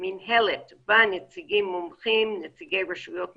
מינהלת בה נציגים מומחים, נציגי רשויות מקומיות,